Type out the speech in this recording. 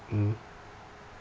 mm